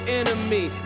enemy